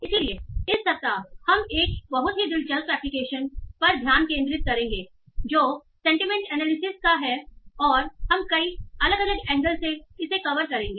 इसलिए इस सप्ताह हम एक बहुत ही दिलचस्प एप्लिकेशन पर ध्यान केंद्रित करेंगे जो सेंटीमेंट एनालिसिस का है और हम कई अलग अलग एंगल से इसे कवर करेंगे